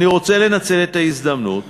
אני רוצה לנצל את ההזדמנות